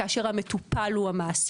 כאשר המטופל הוא המעסיק,